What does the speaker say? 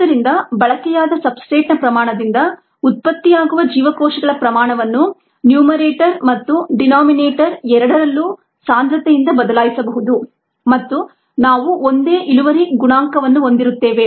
ಆದ್ದರಿಂದ ಬಳಕೆಯಾದ ಸಬ್ಸ್ಟ್ರೇಟ್ನ ಪ್ರಮಾಣದಿಂದ ಉತ್ಪತ್ತಿಯಾಗುವ ಜೀವಕೋಶಗಳ ಪ್ರಮಾಣವನ್ನು ನ್ಯೂಮಿರೇಟರ್ ಮತ್ತು ಡೀನೋಮಿನೇಟರ್ ಎರಡರಲ್ಲೂ ಸಾಂದ್ರತೆಯಿಂದ ಬದಲಾಯಿಸಬಹುದು ಮತ್ತು ನಾವು ಒಂದೇ ಇಳುವರಿ ಗುಣಾಂಕ ವನ್ನು ಹೊಂದಿರುತ್ತೇವೆ